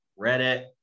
Reddit